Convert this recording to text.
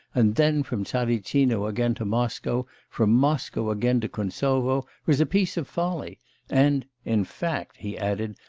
and then from tsaritsino again to moscow, from moscow again to kuntsovo, was a piece of folly and, in fact he added,